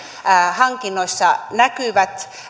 hankinnoissa näkyvät